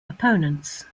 opponents